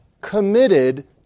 committed